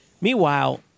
Meanwhile